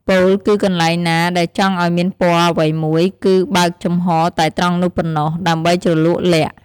ពោលគឺកន្លែងណាដែលចង់ឱ្យមានពណ៌អ្វីមួយ គេបើកចំហតែត្រង់នោះប៉ុណ្ណោះ ដើម្បីជ្រលក់ល័ក្ត ។